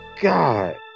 god